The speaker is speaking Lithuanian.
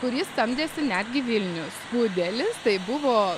kurį samdėsi netgi vilnius budelis tai buvo